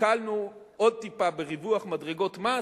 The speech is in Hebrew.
הקלנו עוד טיפה בריווח מדרגות מס,